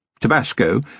Tabasco